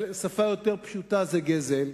בשפה יותר פשוטה: זה גזל.